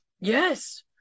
Yes